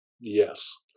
Yes